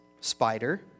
spider